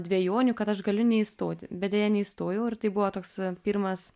dvejonių kad aš galiu neįstoti bet deja neįstojau ir tai buvo toks pirmas